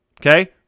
Okay